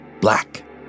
black